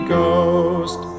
Ghost